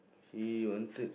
he wanted